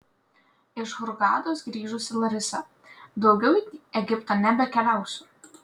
iš hurgados grįžusi larisa daugiau į egiptą nebekeliausiu